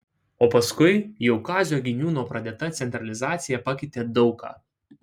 o paskui jau kazio giniūno pradėta centralizacija pakeitė daug ką